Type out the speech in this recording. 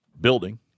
Building